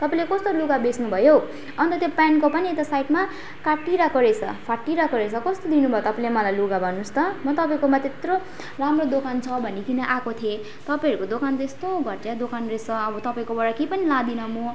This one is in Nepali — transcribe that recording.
तपाईँले कस्तो लुगा बेच्नु भयो हौ अन्त त्यो पेन्टको पनि यता साइडमा काटिइरहेको रहेछ फाटिरहेको रहेछ कस्तो दिनुभयो तपाईँले मलाई लुगा भन्नुहोस् त म तपाईँकोमा त्यत्रो राम्रो दोकान छ भनिकन आएको थिएँ तपाईँहरूको दोकान त यस्तो घटिया दोकान रहेछ अब तपाईँकोबाट केही पनि लादिनँ म